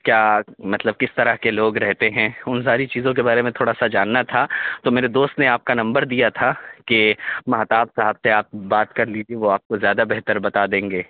کیا مطلب کس طرح کے لوگ رہتے ہیں ان ساری چیزوں کے بارے میں تھوڑا سا جاننا تھا تو میرے دوست نے آپ کا نمبر دیا تھا کہ ماہتاب صاحب سے آپ بات کر لیجیے وہ آپ کو زیادہ بہتر بتا دیں گے